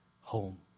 home